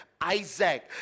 Isaac